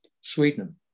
Sweden